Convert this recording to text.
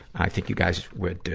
i think you guys would, ah,